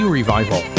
revival